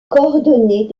coordonner